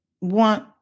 want